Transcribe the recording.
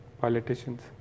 politicians